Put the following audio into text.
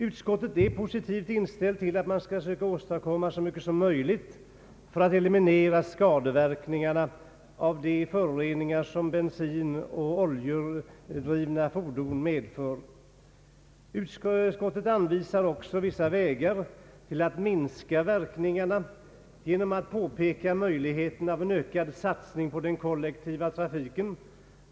Utskottet är positivt inställt till att man skall försöka att så mycket som möjligt eliminera skadeverkningarna av de föroreningar som bensinoch oljedrivna fordon medför. Utskottet anvisar också vissa vägar genom att påpeka möjligheten av ökad satsning på den kollektiva trafiken.